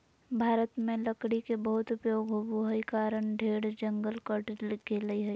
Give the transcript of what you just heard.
भारत में लकड़ी के बहुत उपयोग होबो हई कारण ढेर जंगल कट गेलय हई